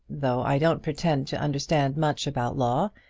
though i don't pretend to understand much about law,